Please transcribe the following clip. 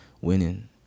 winning